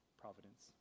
providence